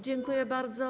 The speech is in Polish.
Dziękuję bardzo.